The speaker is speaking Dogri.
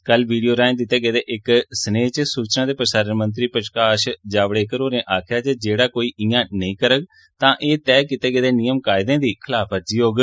कल वीडियो राएं दिते गेदे इक सनेह च सूचना ते प्रसारण मंत्री प्रकाश जावडेकर होरें आक्खेया जे जेड़ा कोई इयां नेई करग तां ए तय नियम कायदें दी खलाफवर्जी होग